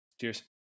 Cheers